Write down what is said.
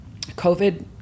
COVID